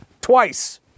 twice